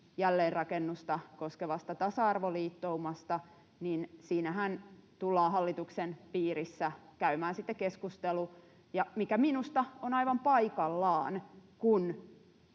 jälleenrakennusta koskevasta tasa-arvoliittoumasta, niin siitähän tullaan hallituksen piirissä käymään sitten keskustelu, mikä minusta on aivan paikallaan,